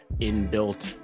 inbuilt